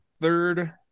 Third